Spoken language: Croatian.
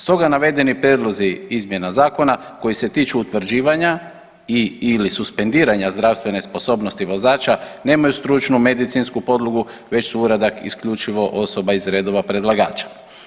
Stoga navedeni prijedlozi izmjena zakona koji se tiču utvrđivanja i/ili suspendiranja zdravstvene sposobnosti vozača nemaju stručnu medicinsku podlogu već su uradak isključivo osoba iz redova predlagača.